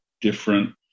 different